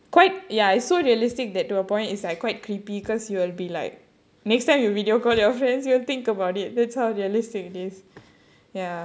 quite ya it's so realistic that to a point it's like quite creepy because you will be like next time you video call your friends you will think about it that's how realistic it is ya